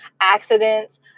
accidents